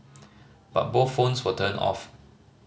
but both phones were turned off